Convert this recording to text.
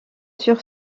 sur